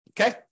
okay